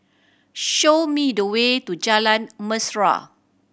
show me the way to Jalan Mesra